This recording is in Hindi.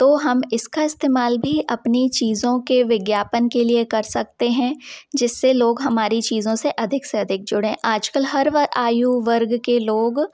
तो हम इसका इस्तेमाल भी अपनी चीज़ों के विज्ञापन के लिए कर सकते हैं जिससे लोग हमारी चीज़ों से अधिक से अधिक जुड़े आजकल हर बार आयु वर्ग के लोग